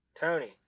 Tony